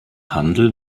handel